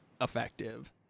effective